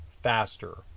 faster